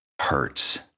hurts